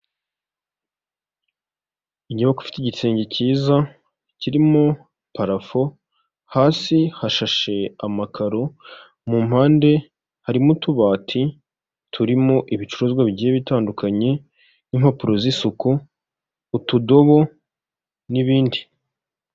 Nta muntu utagira inzozi zo kuba mu nzu nziza kandi yubatse neza iyo nzu iri mu mujyi wa kigali uyishaka ni igihumbi kimwe cy'idolari gusa wishyura buri kwezi maze nawe ukibera ahantu heza hatekanye.